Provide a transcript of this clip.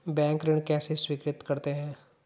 Bank ऋण कैसे स्वीकृत करते हैं?